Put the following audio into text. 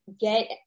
get